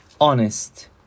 honest